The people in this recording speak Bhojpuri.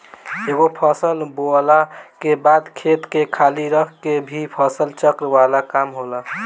एगो फसल बोअला के बाद खेत के खाली रख के भी फसल चक्र वाला काम होला